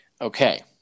okay